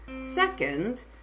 Second